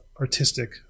artistic